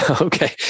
Okay